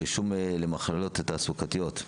הרישום למחלות תעסוקתיות,